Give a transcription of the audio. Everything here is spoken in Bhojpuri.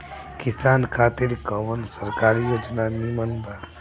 किसान खातिर कवन सरकारी योजना नीमन बा?